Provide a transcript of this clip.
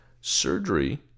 surgery